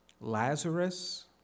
Lazarus